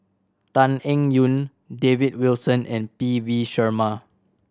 Tan Eng Yoon David Wilson and P V Sharma